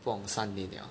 不懂三年 liao ah